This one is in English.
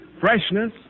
Freshness